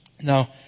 Now